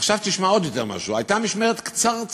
עכשיו תשמע עוד משהו: הייתה משמרת קצרצרה,